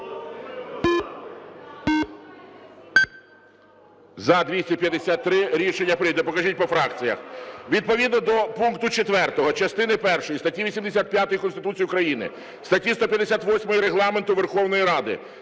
За-253 Рішення прийнято. Покажіть по фракціях. Відповідно до пункту 4 частини першої статті 85 Конституції України, статті 158 Регламенту Верховної Ради